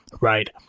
right